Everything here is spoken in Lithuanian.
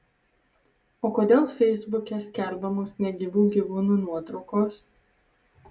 o kodėl feisbuke skelbiamos negyvų gyvūnų nuotraukos